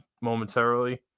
momentarily